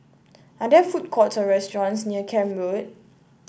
are there food courts or restaurants near Camp Road